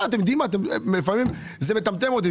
זה מטמטם אותי.